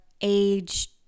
age